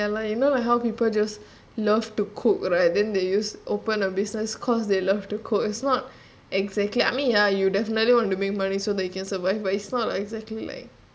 ya lah ya lah you know like how people just love to cook right then they use open a business cause they love to cook is not exactly I mean ya definitely want to make money so that you can survive but it's not exactly like